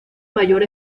mayor